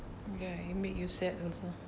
ya it make you sad also